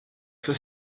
für